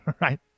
Right